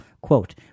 quote